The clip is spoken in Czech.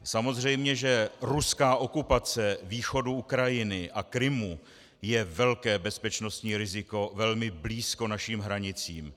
Samozřejmě že ruská okupace východu Ukrajiny a Krymu je velké bezpečnostní riziko velmi blízko našim hranicím.